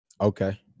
Okay